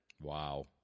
Wow